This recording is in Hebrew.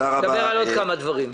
נדבר על עוד כמה דברים.